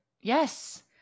Yes